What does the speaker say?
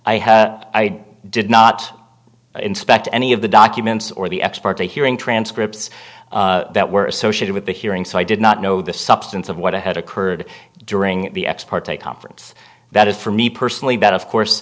have i did not inspect any of the documents or the expert hearing transcripts that were associated with the hearing so i did not know the substance of what i had occurred during the ex parte conference that is for me personally but of course